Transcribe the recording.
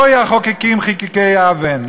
"הוי החֹקקים חִקקי אָוֶן,